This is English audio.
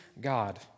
God